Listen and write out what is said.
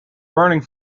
burning